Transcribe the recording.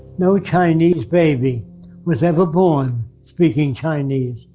no chinese baby was ever born speaking chinese.